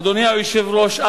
אדוני היושב-ראש,